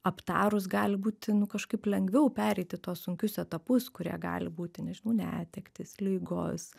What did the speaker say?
aptarus gali būti nu kažkaip lengviau pereiti tuos sunkius etapus kurie gali būti nežinau netektys ligos